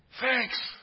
thanks